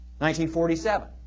1947